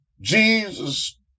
Jesus